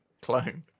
Clone